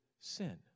sin